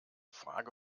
frage